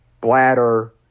bladder